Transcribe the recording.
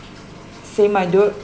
same I